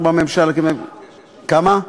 כמה?